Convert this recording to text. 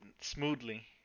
smoothly